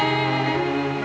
and